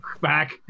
back